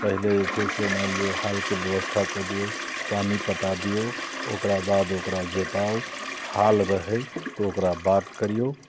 पहिले जे छै मानि लियौ हालके व्यवस्था कऽ दियौ पानि पटा दियौ ओकराबाद ओकरा जोताउ हाल रहै तऽ ओकरा बाग करियौ